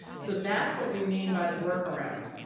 so that's what we mean by the workaround.